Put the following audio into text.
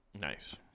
Nice